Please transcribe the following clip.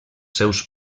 seus